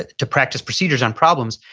to practice procedures on problems,